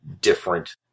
different